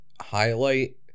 highlight